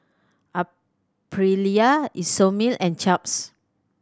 Aprilia Isomil and Chaps